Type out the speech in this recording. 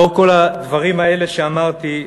לאור כל הדברים האלה שאמרתי,